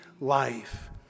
life